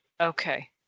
Okay